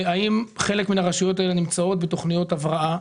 האם חלק מן הרשויות האלה נמצאות בתכניות הבראה?